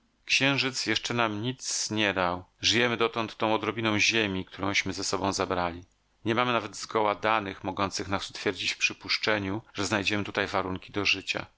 księżyc jeszcze nam nic nic dał żyjemy dotąd tą odrobiną ziemi którąśmy ze sobą zabrali nie mamy nawet zgoła danych mogących nas utwierdzić w przypuszczeniu że znajdziemy tutaj warunki do życia